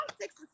six